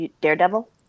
daredevil